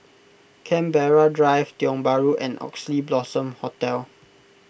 Canberra Drive Tiong Bahru and Oxley Blossom Hotel